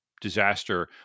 disaster